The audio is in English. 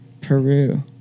Peru